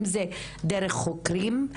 אם זה דרך חוקרים,